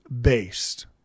based